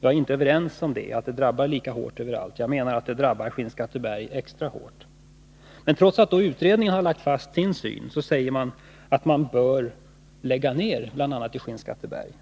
Men jag menar att Skinnskatteberg drabbas extra hårt. Trots utredningens synpunkter säger man att det bör ske en nedläggning i bl.a. Skinnskatteberg.